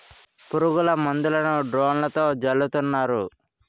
పురుగుల మందులను డ్రోన్లతో జల్లుతున్నారు